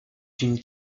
d’une